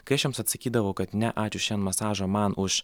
kai aš jiems atsakydavau kad ne ačiū šian masažą man už